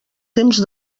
temps